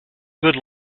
good